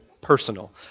personal